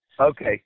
Okay